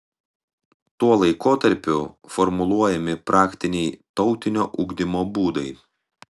tuo laikotarpiu formuluojami praktiniai tautinio ugdymo būdai